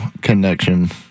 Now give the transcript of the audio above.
connection